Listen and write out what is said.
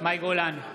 מאי גולן,